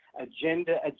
agenda